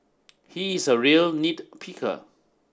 he is a real nit picker